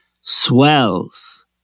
swells